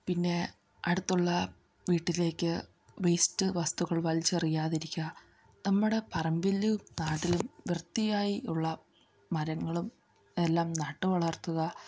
പിന്നെ അടുത്തുള്ള വീട്ടിലേക്ക് വേസ്റ്റ് വസ്തുക്കൾ വലിച്ചെറിയാതിരിക്കുക നമ്മുടെ പറമ്പിൽ നാട്ടിലും വൃത്തിയായി ഉള്ള മരങ്ങളും എല്ലാം നട്ട് വളർത്തുക